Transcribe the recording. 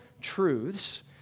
truths